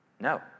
No